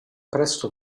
presto